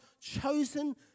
chosen